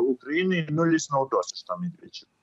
ukrainai nulis naudos iš to medvičiuko